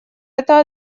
это